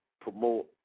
promote